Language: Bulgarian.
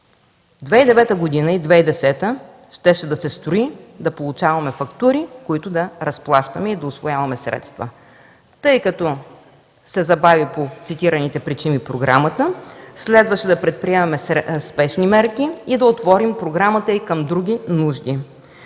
2009 и 2010 г. щеше да се строи, да получаваме фактури, които да разплащаме и усвояваме средства. Тъй като по цитираните причини програмата се забави, следваше да предприемем спешни мерки и да отворим програмата и към други нужди.